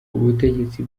ubutegetsi